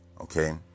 Okay